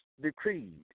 decreed